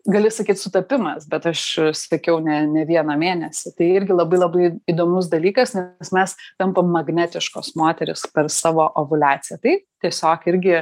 gali sakyt sutapimas bet aš sekiau ne ne vieną mėnesį tai irgi labai labai įdomus dalykas nes mes tampam magnetiškos moterys per savo ovuliaciją tai tiesiog irgi